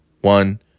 one